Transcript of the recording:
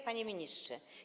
Panie Ministrze!